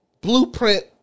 Blueprint